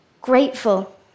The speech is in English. grateful